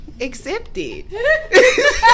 accepted